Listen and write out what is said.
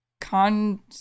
Con